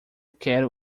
quero